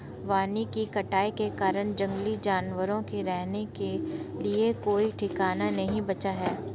वनों की कटाई के कारण जंगली जानवरों को रहने के लिए कोई ठिकाना नहीं बचा है